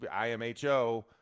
IMHO